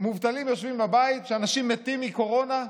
מובטלים יושבים בבית ואנשים מתים מקורונה?